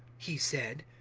he said.